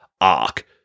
arc